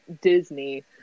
Disney